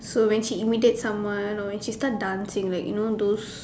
so when she imitate someone or when she start dancing like you know those